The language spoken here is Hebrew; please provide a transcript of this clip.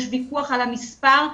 יש ויכוח על המספר,